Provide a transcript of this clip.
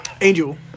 Angel